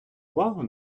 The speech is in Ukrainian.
увагу